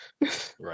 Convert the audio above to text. Right